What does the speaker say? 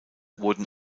wurden